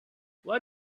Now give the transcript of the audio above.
why